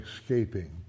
escaping